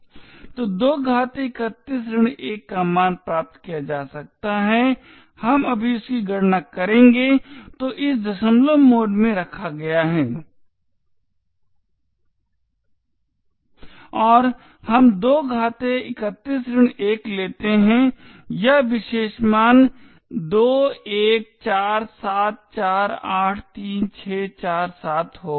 तो 2 31 1 का मान प्राप्त किया जा सकता है हम अभी उसकी गणना करेंगे तो इसे दशमलव मोड में रखा गया है और हम 2 31 1 लेते हैं यह विशेष मान 2147483647 होगा